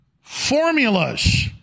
formulas